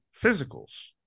physicals